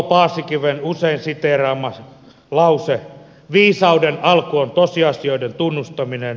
paasikiven usein siteerattu lause viisauden alku on tosiasioiden tunnustaminen